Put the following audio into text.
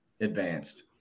advanced